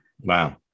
Wow